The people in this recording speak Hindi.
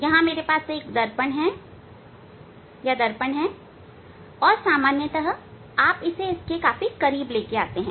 अब मेरे पास एक दर्पण है एक दर्पण है और सामान्यतः आप इसे इसके बहुत करीब लाते हैं